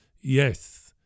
Yes